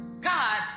God